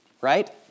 right